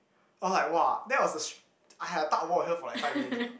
I was like !wah! that was a s~ I had a tug of war with her like for like five minutes eh